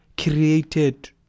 created